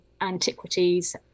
antiquities